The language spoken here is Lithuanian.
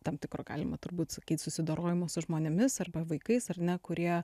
tam tikro galima turbūt sakyt susidorojimo su žmonėmis arba vaikais ar ne kurie